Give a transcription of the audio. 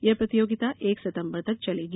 यह प्रतियोगिता एक सितम्बर तक चलेगी